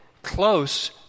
close